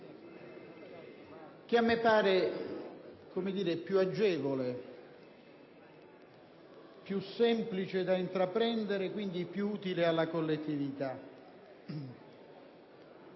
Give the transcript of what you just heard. che mi pare più agevole, più semplice da intraprendere e quindi più utile alla collettività.